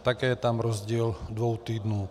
Také je tam rozdíl dvou týdnů.